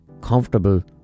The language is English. comfortable